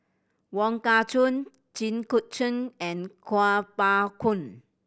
Wong Kah Chun Jit Koon Ch'ng and Kuo Pao Kun